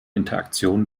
interaktion